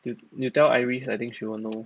就 you tell iris I think she will know